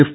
F